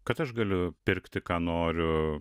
kad aš galiu pirkti ką noriu